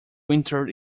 winter